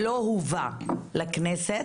ולא הובא לכנסת,